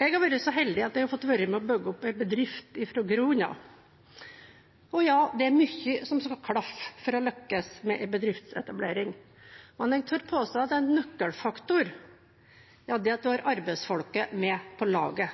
Jeg har vært så heldig at jeg har fått være med på å bygge opp en bedrift fra grunnen av. Og ja, det er mye som skal klaffe for å lykkes med en bedriftsetablering. Men jeg tør påstå at en nøkkelfaktor er at man har arbeidsfolket med på laget,